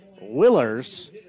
Willers